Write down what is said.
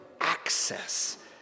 access